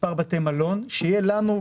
במספר בתי מלון שיהיה לנו.